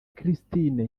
christine